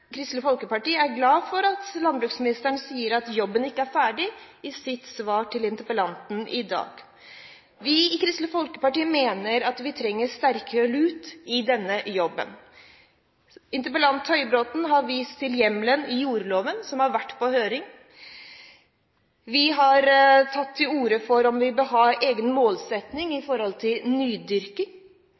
Kristelig Folkeparti er glad for at landbruksministeren i sitt svar til interpellanten i dag sier at jobben ikke er ferdig. Vi i Kristelig Folkeparti mener at det trengs sterkere lut til denne jobben. Interpellanten, Høybråten, har vist til hjemmelen i jordlova, som har vært på høring. Vi har tatt til orde for at vi bør ha en egen målsetting når det gjelder nydyrking.